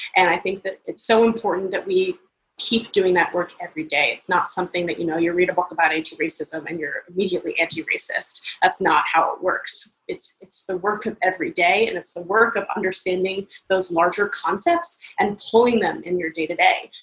and i think that it's so important that we keep doing that work every day. it's not something that you know read a book about anti racism and you're immediately anti racist. that's not how it works. it's it's the work of every day and it's the work of understanding those larger concepts and pulling them in your day to day.